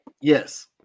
Yes